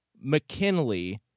McKinley